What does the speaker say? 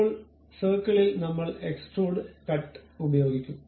ഇപ്പോൾ സർക്കിളിൽ നമ്മൾ എക്സ്ട്രൂഡ് കട്ട് ഉപയോഗിക്കും